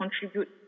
contribute